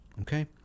Okay